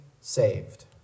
saved